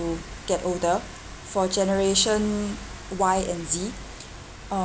get older for generation Y and Z um